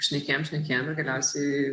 šnekėjom šnekėjom ir galiausiai